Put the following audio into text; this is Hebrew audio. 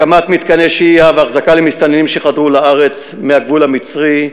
הקמת מתקני שהייה ואחזקה למסתננים שחדרו לארץ מהגבול המצרי.